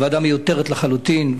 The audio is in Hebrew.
הוועדה מיותרת לחלוטין.